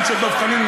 גם של דב חנין,